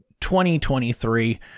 2023